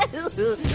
ah ooh,